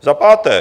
Za páté.